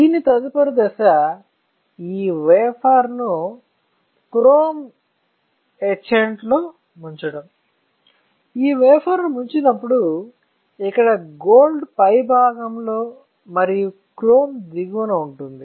దీని తదుపరి దశ ఈ వేఫర్ ను క్రోమ్ ఎచాంట్ లో ముంచడం ఈ వేఫర్ ను ముంచినప్పుడు ఇక్కడ గోల్డ్ పై భాగంలో మరియు క్రోమ్ దిగువన ఉంటుంది